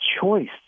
choice